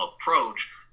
approach